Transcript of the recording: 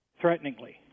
threateningly